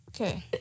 Okay